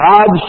God